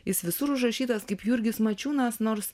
jis visur užrašytas kaip jurgis mačiūnas nors